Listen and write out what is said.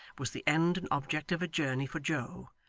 was the end and object of a journey for joe,